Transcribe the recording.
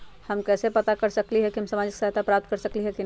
हम कैसे पता कर सकली ह की हम सामाजिक सहायता प्राप्त कर सकली ह की न?